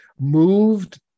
moved